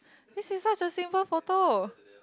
this is not just a single photo